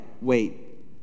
wait